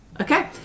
Okay